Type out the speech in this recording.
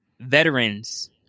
veterans